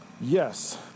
Yes